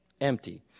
empty